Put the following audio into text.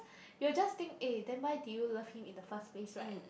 you will just think eh then why did you love him in the first place right